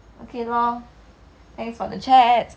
!aiya! your image is always very important that's what like